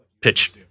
pitch